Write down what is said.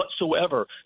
whatsoever